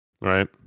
right